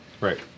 right